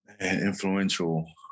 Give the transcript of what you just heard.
Influential